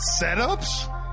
setups